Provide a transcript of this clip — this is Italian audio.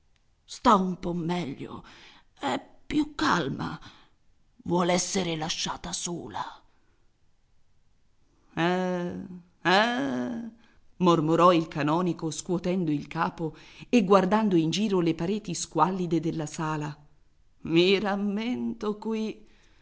sta un po meglio è più calma vuol esser lasciata sola eh eh mormorò il canonico scuotendo il capo e guardando in giro le pareti squallide della sala i rammento qui